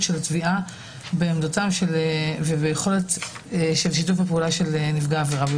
של תביעה בעמדות וביכולת שיתוף הפעולה של נפגע העבירה.